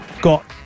got